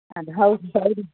ಅದು ಹೌದು ಹೌದು